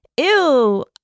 Ew